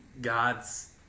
God's